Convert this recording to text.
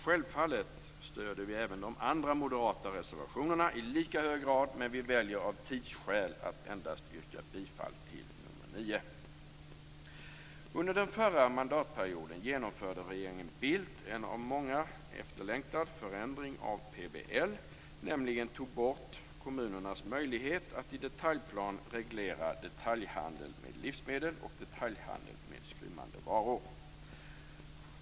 Självfallet stöder vi även de andra moderata reservationerna i lika hög grad, men vi väljer av tidsskäl att yrka bifall endast till reservation Under den förra mandatperioden genomförde regeringen Bildt en av många efterlängtad förändring av PBL, nämligen att man tog bort kommunernas möjlighet att i detaljplan reglera detaljhandel med livsmedel och detaljhandel med skrymmande varor.